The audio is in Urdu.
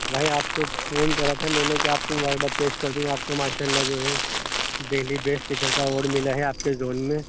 بھائی آپ کو فون کرا تھا میں نے کہ آپ کو مبارک باد پیش کر دوں آپ کو ماشاء اللہ جو ہے دہلی بیسٹ ٹیچر کا اوارڈ ملا ہے آپ کے زون میں